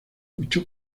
luchó